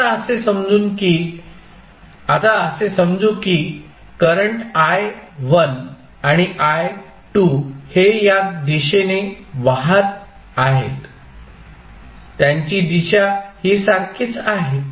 आता असे समजून की करंट i1 आणि i2 हे या दिशेने वाहत आहेत त्यांची दिशा ही सारखीच आहे